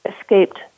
escaped